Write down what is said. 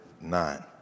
nine